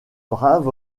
brave